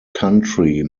country